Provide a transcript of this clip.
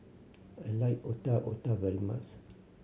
I like Otak Otak very much